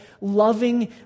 Loving